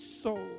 soul